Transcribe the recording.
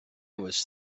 was